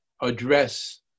address